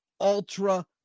ultra